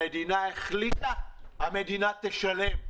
המדינה החליטה המדינה תשלם.